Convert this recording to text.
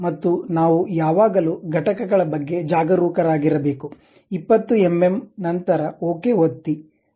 ಮತ್ತು ನಾವು ಯಾವಾಗಲೂ ಘಟಕಗಳ ಬಗ್ಗೆ ಜಾಗರೂಕರಾಗಿರಬೇಕು 20 ಎಂಎಂ ನಂತರ ಓಕೆ ಒತ್ತಿ